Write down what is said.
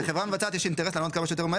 לחברה המבצעת יש אינטרס לענות כמה שיותר,